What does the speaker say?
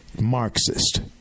marxist